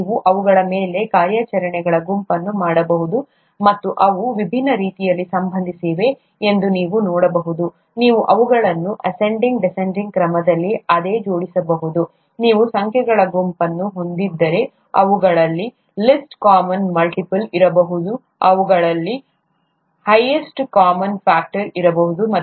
ನೀವು ಅವುಗಳ ಮೇಲೆ ಕಾರ್ಯಾಚರಣೆಗಳ ಗುಂಪನ್ನು ಮಾಡಬಹುದು ಮತ್ತು ಅವು ವಿಭಿನ್ನ ರೀತಿಯಲ್ಲಿ ಸಂಬಂಧಿಸಿವೆ ಎಂದು ನೀವು ನೋಡಬಹುದು ನೀವು ಅವುಗಳನ್ನು ಅಸೆಂಡಿಂಗ್ ಡಿಸೆಂಡಿಂಗ್ ಕ್ರಮದಲ್ಲಿ ಆದೇ ಜೋಡಿಸಬಹುದು ನೀವು ಸಂಖ್ಯೆಗಳ ಗುಂಪನ್ನು ಹೊಂದಿದ್ದರೆ ಅವುಗಳಲ್ಲಿ ಲೀಸ್ಟ್ ಕಾಮನ್ ಮಲ್ಟಿಪಲ್ ಇರಬಹುದು ಅವುಗಳಲ್ಲಿ ಅವುಗಳಲ್ಲಿ ಹೈಯಷ್ಟ್ ಕಾಮನ್ ಫ್ಯಾಕ್ಟರ್ ಇರಬಹುದು ಮತ್ತು ಹೀಗೆ